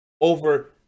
over